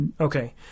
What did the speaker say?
Okay